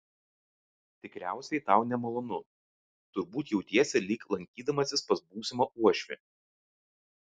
tikriausiai tau nemalonu turbūt jautiesi lyg lankydamasis pas būsimą uošvį